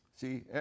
See